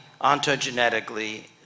ontogenetically